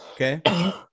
Okay